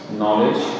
knowledge